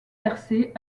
percée